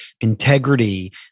Integrity